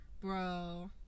bro